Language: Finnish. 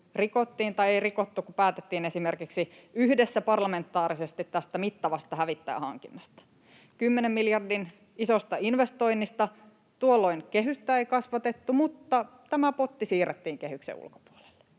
rikottiin — tai ei rikottu vaan päätettiin esimerkiksi yhdessä parlamentaarisesti tästä mittavasta hävittäjähankinnasta, 10 miljardin isosta investoinnista. Tuolloin kehystä ei kasvatettu, mutta tämä potti siirrettiin kehyksen ulkopuolelle,